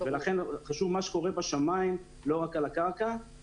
לכן חשוב מה שקורה בשמים ולא רק על הקרקע.